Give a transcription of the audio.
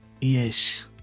Yes